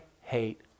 hate